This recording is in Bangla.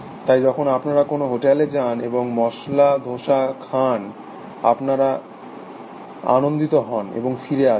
তাই যখন আপনারা কোনো হোটেলে যান এবং মসালা দোসা খান আপনারা আনন্দিত হন এবং ফিরে আসেন